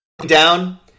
down